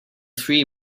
three